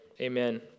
amen